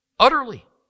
utterly